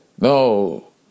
No